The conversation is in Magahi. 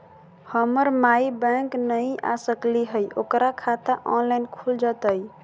हमर माई बैंक नई आ सकली हई, ओकर खाता ऑनलाइन खुल जयतई?